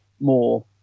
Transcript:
more